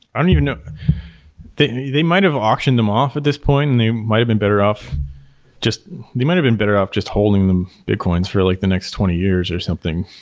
i don't even know they they might have auctioned them off at this point and they might have been better off just they might have been better off just holding them bitcoins for like the next twenty years or something.